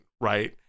Right